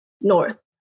north